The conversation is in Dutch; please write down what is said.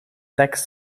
tekst